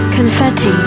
Confetti